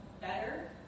better